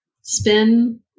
spin